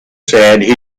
said